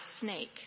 snake